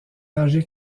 âgée